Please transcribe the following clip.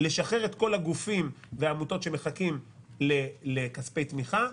לשחרר את כל הגופים והעמותות שמחכים לכספי תמיכה,